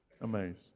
amazed